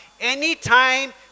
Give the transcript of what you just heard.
Anytime